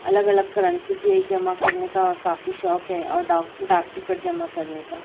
الگ الگ کرنسی کے جمع کرنے کا کافی شوق ہے اور ڈاک ڈاک ٹکٹ جمع کرنے کا